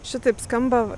šitaip skamba